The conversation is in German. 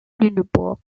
lüneburg